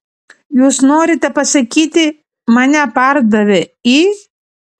jūs norite pasakyti mane pardavė į